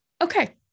okay